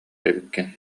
эбиккин